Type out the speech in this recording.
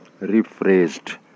rephrased